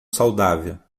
saudável